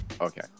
Okay